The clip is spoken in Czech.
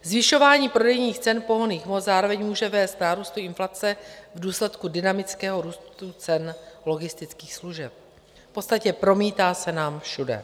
Zvyšování prodejních cen pohonných hmot zároveň může vést k nárůstu inflace v důsledku dynamického růstu cen logistických služeb, v podstatě promítá se nám všude.